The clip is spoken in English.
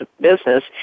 business